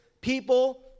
people